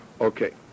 Okay